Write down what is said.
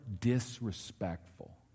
disrespectful